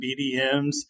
BDMs